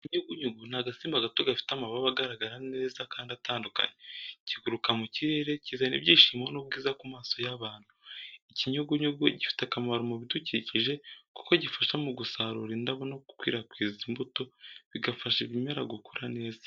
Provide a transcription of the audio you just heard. Ikinyugunyugu ni agasimba gato gafite amababa agaragara neza kandi atandukanye. Kiguruka mu kirere, kizana ibyishimo n’ubwiza ku maso y’abantu. Ikinyugunyugu gifite akamaro mu bidukikije kuko gifasha mu gusarura indabo no gukwirakwiza imbuto, bigafasha ibimera gukura neza.